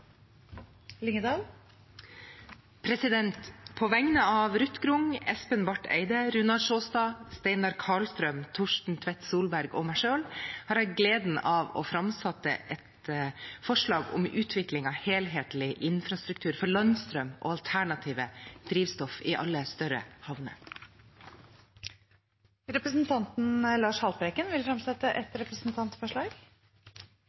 På vegne av representantene Ruth Grung, Espen Barth Eide, Runar Sjåstad, Steinar Karlstrøm, Torstein Tvedt Solberg og meg selv har jeg gleden av å framsette et forslag om utvikling av en helhetlig infrastruktur for landstrøm og alternative drivstoff i alle større havner. Representanten Lars Haltbrekken vil